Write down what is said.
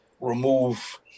remove